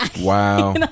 wow